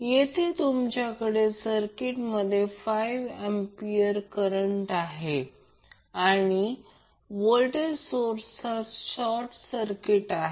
येथे तुमच्याकडे सर्किट मध्ये 5 एंपियर करंट आहे आणि व्होल्टेज सोर्स हा शॉर्ट सर्किट आहे